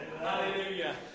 Hallelujah